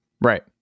right